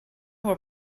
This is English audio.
were